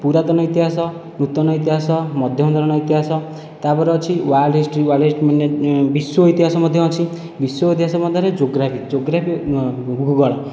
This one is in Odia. ପୁରାତନ ଇତିହାସ ନୂତନ ଇତିହାସ ମଧ୍ୟମ ଧରଣର ଇତିହାସ ତା'ପରେ ଅଛି ୱାର୍ଲଡ଼ ହିଷ୍ଟ୍ରି ୱାର୍ଲଡ଼ ହିଷ୍ଟ୍ରି ମାନେ ବିଶ୍ଵ ଇତିହାସ ମଧ୍ୟ ଅଛି ବିଶ୍ଵ ଇତିହାସ ମଧ୍ୟରେ ଯୋଗ୍ରାଫି ଯୋଗ୍ରାଫି ଭୂଗୋଳ